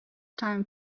time